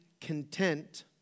content